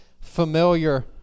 familiar